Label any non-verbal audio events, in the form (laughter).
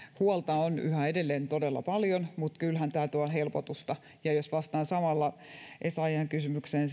huolta on yhä edelleen todella paljon mutta kyllähän tämä tuo helpotusta ja jos vastaan samalla essayahin kysymykseen (unintelligible)